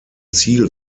ziel